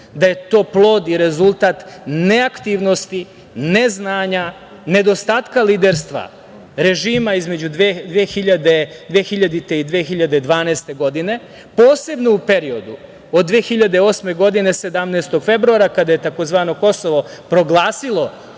da je to plod i rezultat neaktivnosti, neznanja, nedostatka liderstva režima između 2000. i 2012. godine, posebno u periodu od 2008. godine, dana 17. februara, kada je tzv. „Kosovo“ proglasilo